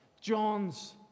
John's